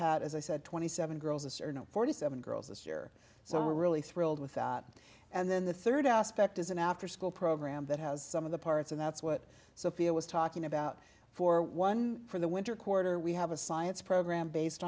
had as i said twenty seven girls are now forty seven girls this year so we're really thrilled with that and then the third aspect is an afterschool program that has some of the parts and that's what sophia was talking about for one for the winter quarter we have a science program based